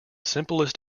simplest